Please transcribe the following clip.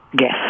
Yes